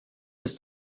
ist